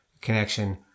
connection